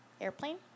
airplane